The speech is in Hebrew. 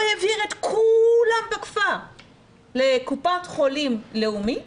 הוא העביר את כולם בכפר לקופת חולים לאומית